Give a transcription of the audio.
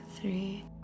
three